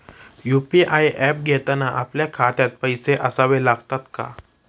UPI app घेताना आपल्या खात्यात पैसे असावे लागतात का?